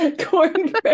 Cornbread